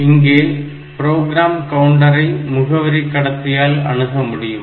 இங்கே ப்ரோக்ராம் கவுண்டரை முகவரி கடத்தியால் அணுகமுடியும்